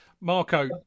Marco